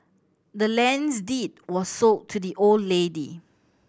the land's deed was sold to the old lady